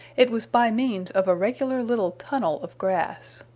it was by means of a regular little tunnel of grass.